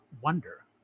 wonder